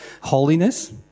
holiness